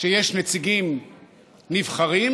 שיש נציגים נבחרים,